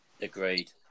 agreed